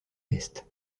est